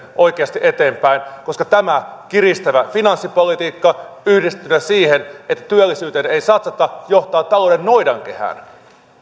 oikeasti eteenpäin koska tämä kiristävä finanssipolitiikka yhdistettynä siihen että työllisyyteen ei satsata johtaa talouden noidankehään